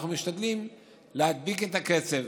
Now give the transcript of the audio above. אנחנו משתדלים להדביק את הקצב,